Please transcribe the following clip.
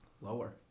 Lower